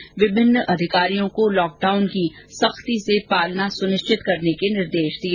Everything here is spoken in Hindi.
बैठक में उन्होंने अधिकारियों को लॉकडाउन की सख्ती से पालना सुनिश्चित कराने को निर्देश दिए